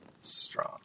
strong